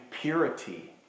purity